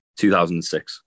2006